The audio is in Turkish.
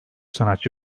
sanatçı